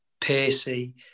pacey